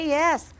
yes